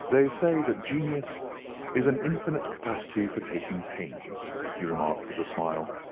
they say that genius is an infinite capacity for taking pains, he remarked with a smile.